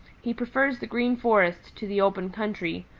he prefers the green forest to the open country,